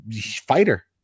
fighter